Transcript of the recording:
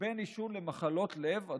בין עישון למחלות לב,